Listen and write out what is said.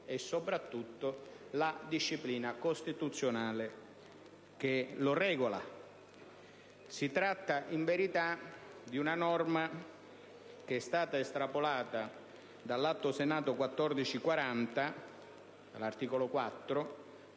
e soprattutto, la disciplina costituzionale che lo regola. Si tratta, in verità, di una norma che è stata estrapolata dall'articolo 4 dell'Atto